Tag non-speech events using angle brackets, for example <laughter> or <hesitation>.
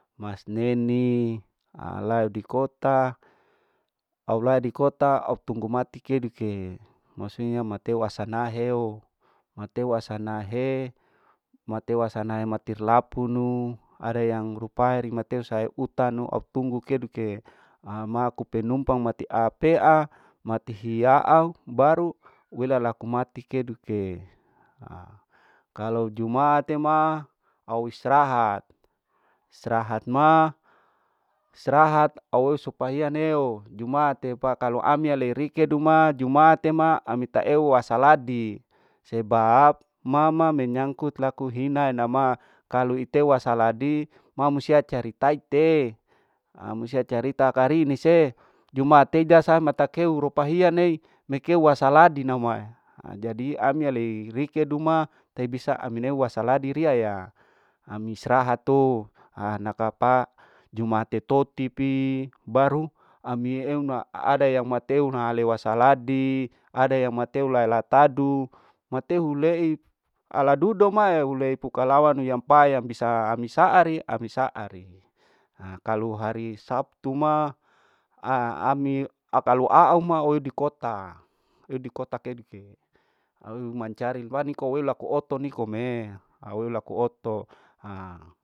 Masneni, alae dikota au lae dikota au tunggu mati keduike, masia mateo wasanaheo, mateo wasanahee mateo wasanae mateo matir lapunu ada yang rupae matir sayor utanu au tunggu keduike, ama kupenumpang mati a pea mati hiaau baru wela laku mati keduike, kalu jumaate ma au strahat, strahat ma strahat au eu supaya neu jumaate pa kalu ami ale rikedu ma jumaate ma ami ta eu wasaladi, sebab mama menyangkut laku hina namaa kalu itewa wasaladi ma musia cari tai te, amusia carita karinise jumaate dasama takeu rupa hianei kei wasaladi mahuma ejadi ami alei rikedu ma tei bisa ami neu wasaladi riya ya ami strahatoo hanakapa jumaate toti pi baru ami eu ma ada yang mateu ale wasaladi ada yang mateu lai latadu matehuleei ala dudo ma ei hulei pukalawanu yang pa yang bisa ai saari ami saari, ha kalu hari sabtu maa <hesitation> ami akalu aau ma eu dikota, eu dikota keduke au eu mancari pa niko wela oto nikome au laku oto. <hesitation>